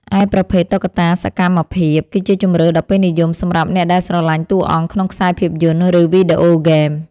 ឯប្រភេទ តុក្កតាសកម្មភាព គឺជាជម្រើសដ៏ពេញនិយមសម្រាប់អ្នកដែលស្រឡាញ់តួអង្គក្នុងខ្សែភាពយន្ត ឬវីដេអូហ្គេម។